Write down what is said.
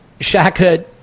Shaka